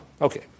Okay